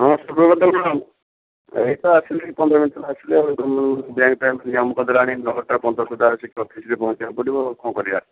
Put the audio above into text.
ନମସ୍କାର୍ ମ୍ୟାଡ଼ମ୍ ଏଇ ତ ଆସିଲି ପନ୍ଦର ମିନିଟ୍ ତଳେ ଆସିଲି ଆଉ ବ୍ୟାଙ୍କ୍ ଫ୍ୟାଙ୍କ୍ କାମ ତ କରିଦେଲାଣି ନଅଟା ପନ୍ଦର ସୁଧା ଅଫିସ୍ରେ ପହଁଞ୍ଚିବାକୁ ପଡ଼ିବ ଆଉ କ'ଣ କରିବା